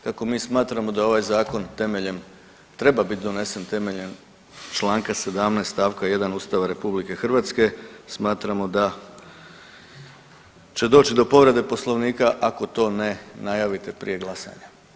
Kako mi smatramo da je ovaj Zakon temeljem treba biti donesen temeljem čl. 17 st. 1 Ustava RH, smatramo da će doći do povrede Poslovnika, ako to ne najavite prije glasanja.